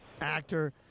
actor